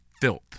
filth